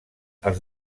als